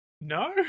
No